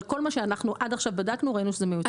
אבל כל מה שאנחנו עד עכשיו בדקנו ראינו שזה מיוצר בארץ.